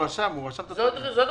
זאת הדרישה.